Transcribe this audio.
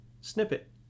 Snippet